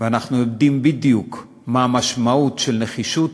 ואנחנו יודעים בדיוק מה המשמעות של נחישות,